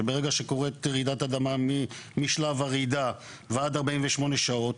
שברגע שקורית רעידת אדמה משלב הרעידה ועד 48 שעות,